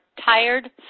tired